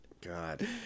God